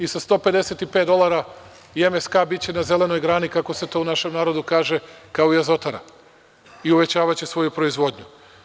I sa 155 dolara i MSK biće na zelenoj grani, kako se to u našem narodu kaže, kao i Azotara, i uvećavaće svoju proizvodnju.